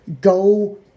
go